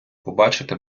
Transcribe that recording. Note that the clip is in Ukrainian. побачити